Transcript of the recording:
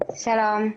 שלום.